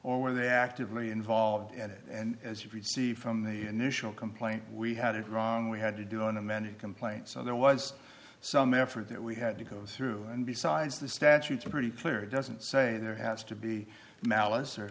or were they actively involved in it and as you can see from the initial complaint we had it wrong we had to do and in many complaints there was some effort that we had to go through and besides the statutes are pretty clear it doesn't say there has to be malice or